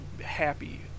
happy